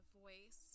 voice